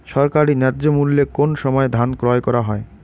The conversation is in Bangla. সরকারি ন্যায্য মূল্যে কোন সময় ধান ক্রয় করা হয়?